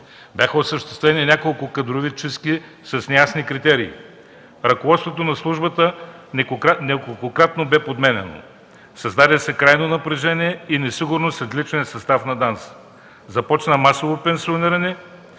Бяха осъществени няколко кадрови чистки с неясни критерии. Ръководството на службата неколкократно бе подменяно. Създаде се крайно напрежение и несигурност сред личния състав на ДАНС. Започна масово пенсиониране